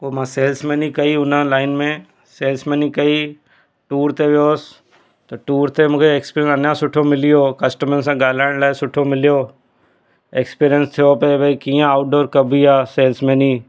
पो मां सैल्समैनी कई हुन लाइन में सैल्समैनी कई टूर ते वियो हुअसि त टूर ते मूंखे एक्सपीरियन अञा सुठो मिली वियो कस्टमर सां ॻाल्हाइण लाइ सुठो मिलियो एक्सपीरियंस थियो त भई कीअं आउटडोर कबी आहे सैल्समैनी